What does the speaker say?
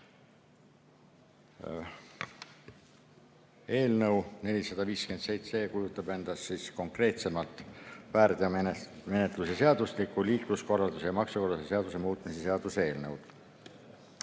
Eelnõu 457 kujutab endast konkreetsemalt väärteomenetluse seadustiku, liikluskorralduse ja maksukorralduse seaduse muutmise seaduse eelnõu.